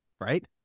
Right